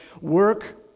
work